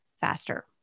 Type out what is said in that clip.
faster